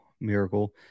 Miracle